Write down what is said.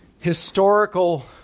historical